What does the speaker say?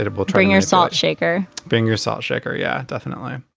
ah but watering, your salt shaker being your salt shaker. yeah, definitely